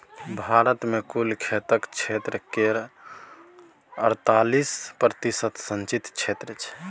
भारत मे कुल खेतक क्षेत्र केर अड़तालीस प्रतिशत सिंचित क्षेत्र छै